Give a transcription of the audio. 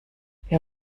wer